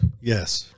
Yes